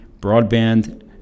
broadband